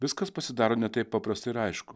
viskas pasidaro ne taip paprasta ir aišku